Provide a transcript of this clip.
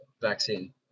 vaccine